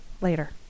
later